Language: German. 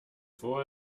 vor